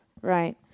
right